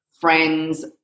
friends